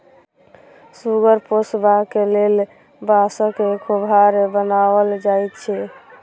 सुगर पोसबाक लेल बाँसक खोभार बनाओल जाइत छै